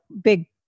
big